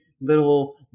little